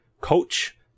Coach